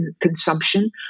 consumption